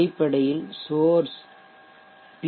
அடிப்படையில் சோர்ஷ் பி